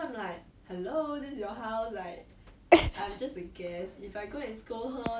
ya that's so weird actually has the parents ever said anything about you being there